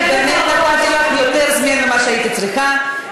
באמת נתתי לך יותר זמן ממה שהייתי צריכה.